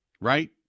right